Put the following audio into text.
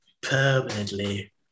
permanently